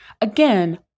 Again